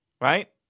Right